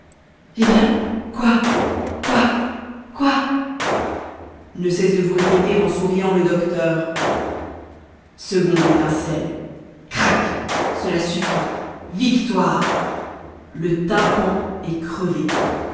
eh bien quoi quoi quoi ne cesse de vous répéter en souriant le docteur seconde étincelle crac cela suffit victoire le tympan est crevé